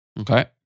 Okay